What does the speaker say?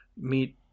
meet